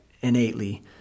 innately